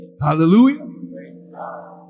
Hallelujah